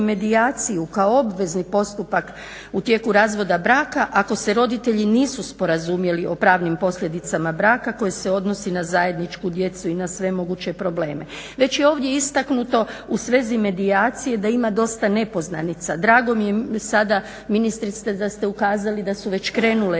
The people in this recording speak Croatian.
medijaciju kao obvezni postupak u tijeku razvoda braka ako se roditelji nisu sporazumjeli o pravnim posljedicama braka koji se odnosi na zajedničku djecu i na sve moguće probleme. Već je ovdje istaknuto u svezi medijacije da ima dosta nepoznanica. Drago mi je sada, ministrice, da ste ukazali da su već krenuli